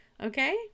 okay